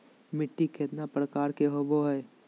मिट्टी केतना प्रकार के होबो हाय?